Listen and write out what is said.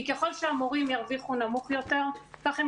כי ככל שהמורים ירוויחו נמוך יותר ככה הם